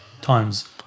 times